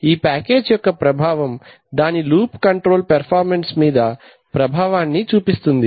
ఈ ప్యాకేజీ యొక్క ప్రభావం దాని లూప్ కంట్రోల్ పెర్ఫార్మెన్స్ మీద ప్రభావాన్ని చూపిస్తుంది